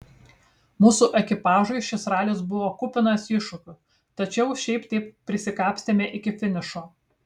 mūsų ekipažui šis ralis buvo kupinas iššūkių tačiau šiaip taip prisikapstėme iki finišo